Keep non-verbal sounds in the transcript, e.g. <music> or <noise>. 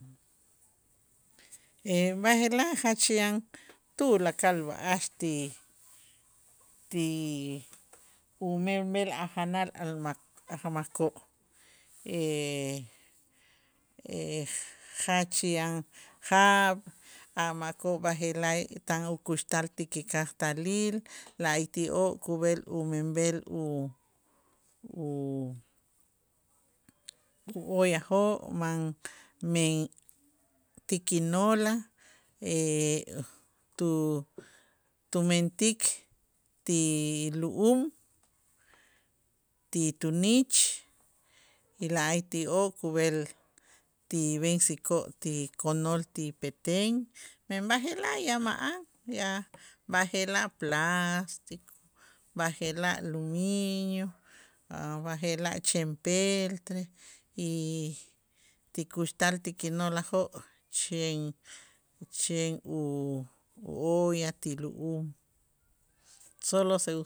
<hesitation> B'aje'laj jach yan tulakal b'a'ax ti- ti umenb'el a' janal almak ajmakoo' <hesitation> jach yan jaab' a' makoo' b'aje'laj tan ukuxtal ti kikajtalil la'ayti'oo' kub'el umenb'el u- u- u ollajoo' man men, ti kinoolaj <hesitation> tu- tumentik ti lu'um ti tunich y la'ayti'oo' kub'el ti b'ensikoo' ti konol ti Petén, men b'aje'laj ya ma'an ya b'aje'laj plástico, b'aje'laj luminio a' b'aje'laj chen peltre y ti kuxtal ti kinoolajoo' chen chen u- u olla ti lu'um. solo se u